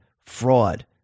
Fraud